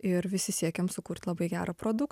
ir visi siekiam sukurt labai gerą produk